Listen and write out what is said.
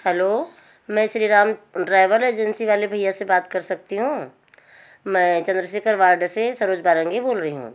hello मैं Shriram driver agency वाले भईया से बात कर सकती हूँ मैं चंद्रशेखर वार्ड से सरोज बारंगी बोल रही हूँ